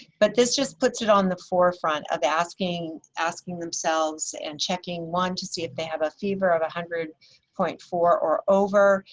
but this just puts it on the forefront of asking asking themselves and checking one, to see if they have a fever of one ah hundred point four or over,